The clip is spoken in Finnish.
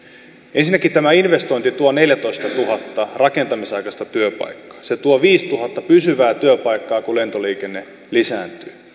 ensinnäkin tämä investointi tuo neljäntoistatuhannen rakentamisen aikaista työpaikkaa se tuo viisituhatta pysyvää työpaikkaa kun lentoliikenne lisääntyy